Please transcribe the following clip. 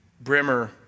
Brimmer